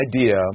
idea